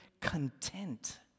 content